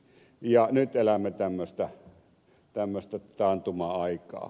ja nyt elämme tämmöistä taantuma aikaa